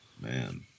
man